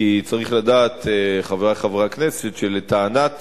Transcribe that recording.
כי צריך לדעת, חברי חברי הכנסת, שלטענת